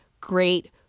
great